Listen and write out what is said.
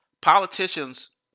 Politicians